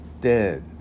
dead